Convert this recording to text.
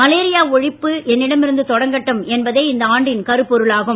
malaria ஒழிப்பு என்னிடம் இருந்து தொடங்கட்டும் என்பதே இந்த ஆண்டின் கருப்பொருளாகும்